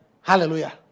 Hallelujah